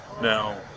Now